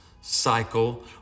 cycle